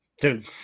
dude